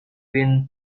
been